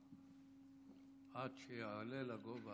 עד שיעלה לגובה